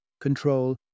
control